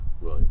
Right